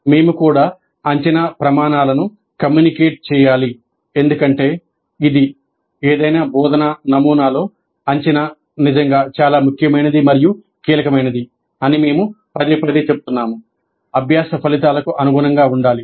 మేము కూడా అంచనా ప్రమాణాలను కమ్యూనికేట్ చేయాలి ఎందుకంటే ఇది అభ్యాస ఫలితాలకు అనుగుణంగా ఉండాలి